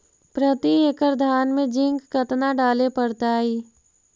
प्रती एकड़ धान मे जिंक कतना डाले पड़ताई?